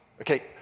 okay